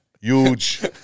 Huge